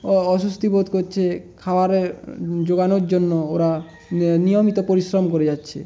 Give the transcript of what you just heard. অস্বস্তি বোধ করছে খাওয়ারের জোগানোর জন্য ওরা নিয়মিত পরিশ্রম করে যাচ্ছে